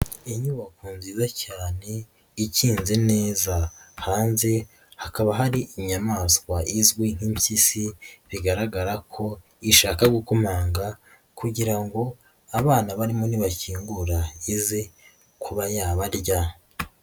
Inyubako nziza cyane ikinze neza, hanze hakaba hari inyamaswa izwi nk'impyisi bigaragara ko ishaka gukomanga kugira ngo abana barimo nibakingura ize kuba yabarya.